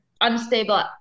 unstable